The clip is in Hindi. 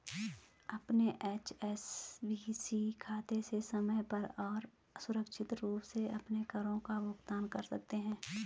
अपने एच.एस.बी.सी खाते से समय पर और सुरक्षित रूप से अपने करों का भुगतान कर सकते हैं